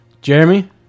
Jeremy